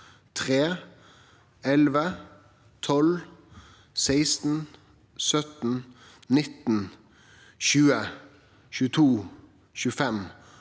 3, 11, 12, 16, 17, 19, 20, 22, 25